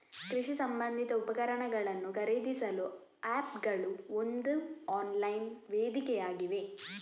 ಕೃಷಿ ಸಂಬಂಧಿತ ಉಪಕರಣಗಳನ್ನು ಖರೀದಿಸಲು ಆಪ್ ಗಳು ಒಂದು ಆನ್ಲೈನ್ ವೇದಿಕೆಯಾಗಿವೆ